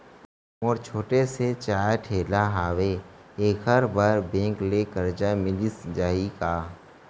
मोर छोटे से चाय ठेला हावे एखर बर बैंक ले करजा मिलिस जाही का?